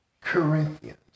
Corinthians